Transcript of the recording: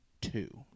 two